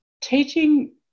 teaching